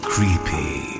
Creepy